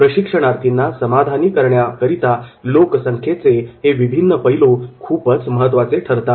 प्रशिक्षणार्थीना समाधानी करण्याकरीता लोकसंख्येचे हे विभिन्न पैलू खूपच महत्त्वाचे ठरतात